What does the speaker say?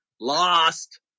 lost